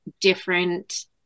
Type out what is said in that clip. different